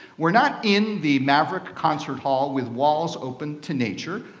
we're not in the maverick concert hall with walls open to nature,